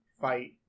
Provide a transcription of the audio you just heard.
fight